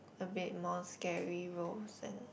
a bit more scary roles and